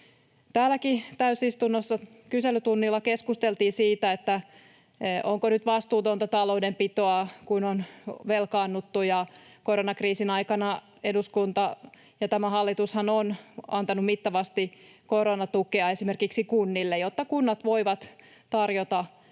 Täälläkin täysistunnossa kyselytunnilla keskusteltiin siitä, onko nyt vastuutonta taloudenpitoa, kun on velkaannuttu, ja koronakriisin aikanahan eduskunta ja tämä hallitus ovat antaneet mittavasti koronatukea esimerkiksi kunnille, jotta kunnat voivat tarjota